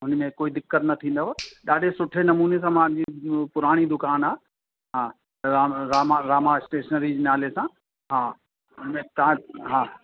हुन में कोई दिक़त न थींदव ॾाढे सुठे नमूने सां मां जीअं पुराणी दुकान आहे हा रा रामा रामा स्टेशनरी जे नाले सां हा हुन में तव्हां हा